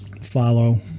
follow